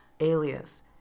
alias